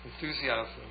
enthusiasm